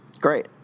Great